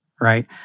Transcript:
right